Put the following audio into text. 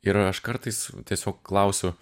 ir aš kartais tiesiog klausiu